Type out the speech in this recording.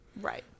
right